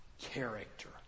character